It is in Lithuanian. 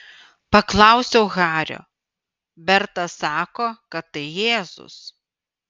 paklausiau hario berta sako kad tai jėzus